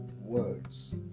words